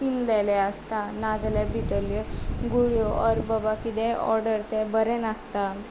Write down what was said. पिंजलेले आसता नाजाल्यार भितरल्यो गुळयो ऑर वा कितेंय ऑर्डर ते बरें नासता